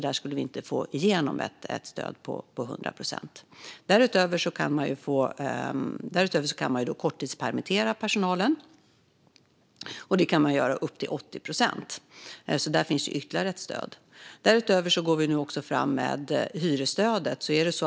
Där skulle vi inte få igenom ett stöd på 100 procent. Därutöver kan man korttidspermittera personalen. Det kan man göra upp till 80 procent, så där finns alltså ytterligare ett stöd. Dessutom går vi nu fram med hyresstödet.